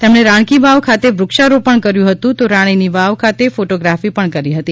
તેમણે રાણ કી વાવ ખાતે વ્રક્ષરોપણ પણ કર્યુ હતુ તો રાણી ની વાવ ખાતે ફોટોગ્રાફી પણ કરી હતી